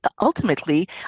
ultimately